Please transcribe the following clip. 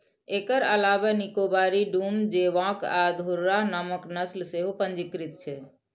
एकर अलावे निकोबारी, डूम, जोवॉक आ घुर्राह नामक नस्ल सेहो पंजीकृत छै